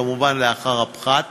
כמובן לאחר הפחת